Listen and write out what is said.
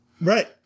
Right